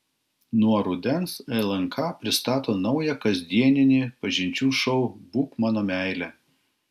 nuo rudens lnk pristato naują kasdieninį pažinčių šou būk mano meile